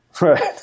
Right